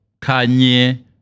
Kanye